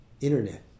Internet